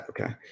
okay